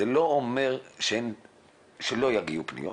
זה לא אומר שלא יגיעו פניות.